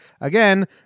again